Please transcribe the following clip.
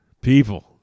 People